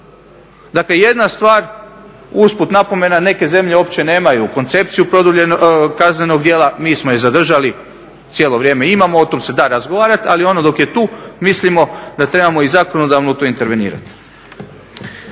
Dakle jedna stvar, usput napomena, neke zemlje uopće nemaju koncepciju produljenog kaznenog djela, mi smo je zadržali, cijelo vrijeme imamo, o tom se da razgovarat, ali ono dok je tu mislimo da trebamo i zakonodavno to intervenirat.